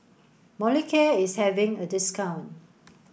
Molicare is having a discount